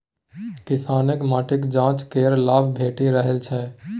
किसानकेँ माटिक जांच केर लाभ भेटि रहल छै